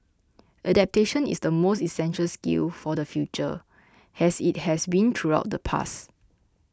adaptation is the most essential skill for the future as it has been throughout the past